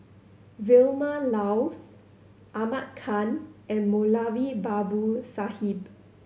Vilma Laus Ahmad Khan and Moulavi Babu Sahib